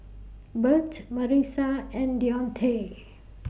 Bert Marisa and Dionte